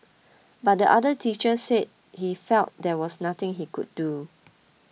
but the other teacher said he felt there was nothing he could do